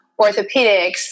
orthopedics